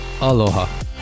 aloha